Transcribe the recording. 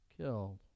killed